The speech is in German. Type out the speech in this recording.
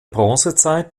bronzezeit